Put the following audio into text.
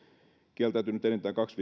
kieltäytynyt enintään kaksi